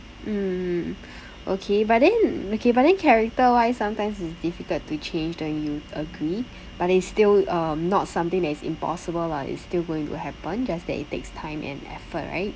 mm okay but then okay but then character wise sometimes it's difficult to change don't you agree but it's still uh not something that is impossible what it's still going to happen just that it takes time and effort right